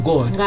God